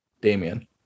Damian